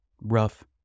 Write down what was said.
rough